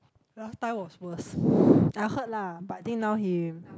last time was worse I heard lah but I think now he